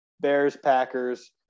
Bears-Packers